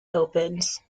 opens